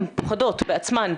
הן פוחדות בעצמן,